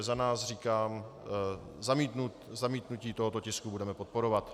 Za nás říkám, zamítnutí tohoto tisku budeme podporovat.